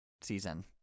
season